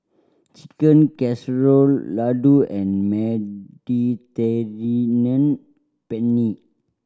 Chicken Casserole Ladoo and Mediterranean Penne